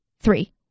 three